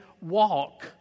Walk